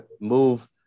move